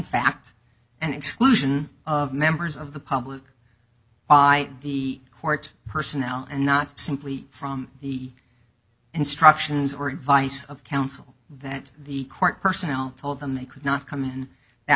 fact an exclusion of members of the public eye be court personnel and not simply from the instructions or advice of counsel that the court personnel told them they could not come in that